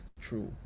true